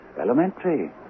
Elementary